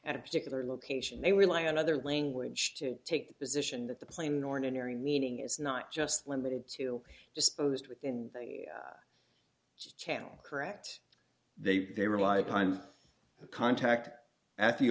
a particular location they rely on other language to take the position that the plain norn unary meaning is not just limited to disposed within the channel correct they've they rely upon a contact at the